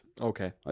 Okay